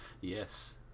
Yes